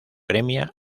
premia